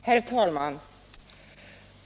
Herr talman!